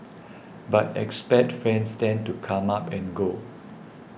but expat friends tend to come up and go